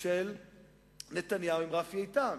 של נתניהו עם רפי איתן: